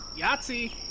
Yahtzee